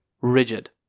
rigid